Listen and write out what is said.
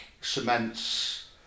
cements